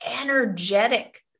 energetic